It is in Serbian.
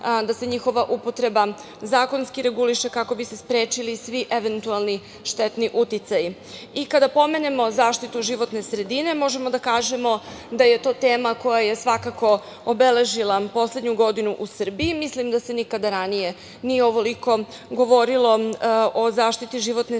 da se njihova upotreba zakonski reguliše kako bi se sprečili svi eventualni štetni uticaji. Kada pomenemo zaštitu životne sredine, možemo da kažemo da je to tema koja je svakako obeležila poslednju godinu u Srbiji. Mislim da se nikada ranije nije ovoliko govorilo o zaštiti životne sredine,